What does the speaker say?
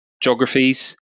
Geographies